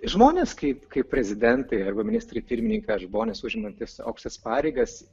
žmonės kaip kaip prezidentai arba ministrai pirmininkai žmonės užimantys aukštas pareigas